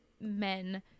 men